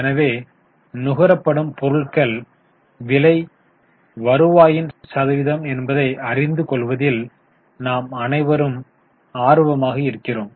எனவே நுகரப்படும் பொருட்கள் விலை வருவாயின் சதவீதம் என்பதை அறிந்து கொள்வதில் நாம் அனைவரும் ஆர்வமாக இருக்கிறோம்